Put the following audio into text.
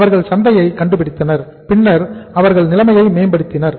அவர்கள் சந்தையை கண்டுபிடித்தனர் பின்னர் அவர்கள் நிலைமையை மேம்படுத்தினர்